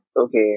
okay